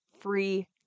free